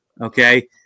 Okay